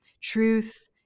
Truth